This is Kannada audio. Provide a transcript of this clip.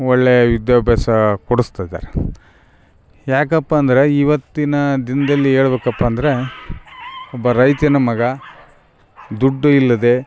ಒಳ್ಳೆಯ ವಿದ್ಯಾಭ್ಯಾಸ ಕೊಡಿಸ್ತಿದರೆ ಯಾಕಪ್ಪ ಅಂದರೆ ಇವತ್ತಿನ ದಿನದಲ್ಲಿ ಹೇಳಬೇಕಪ್ಪ ಅಂದರೆ ಒಬ್ಬ ರೈತನ ಮಗ ದುಡ್ಡು ಇಲ್ಲದೆ